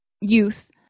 youth